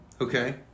Okay